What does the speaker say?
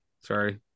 sorry